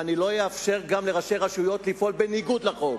ואני לא אאפשר גם לראשי רשויות לפעול בניגוד לחוק.